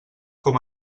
com